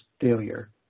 failure